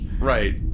right